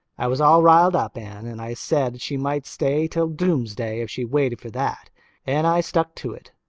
i was all riled up, anne, and i said she might stay till doomsday if she waited for that and i stuck to it.